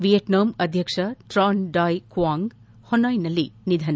Vietnam ಅಧ್ಯಕ್ಷ Tran Dai Quang ಹೆನಾಯ್ನಲ್ಲಿ ನಿಧನ